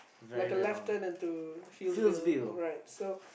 like a left turn and to Fieldsville right so